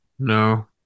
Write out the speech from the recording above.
No